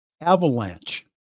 avalanche